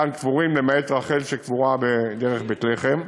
כאן קבורים, למעט רחל שקבורה בדרך בית-לחם,